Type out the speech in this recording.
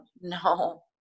no